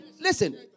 Listen